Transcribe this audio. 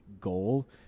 goal